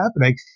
happening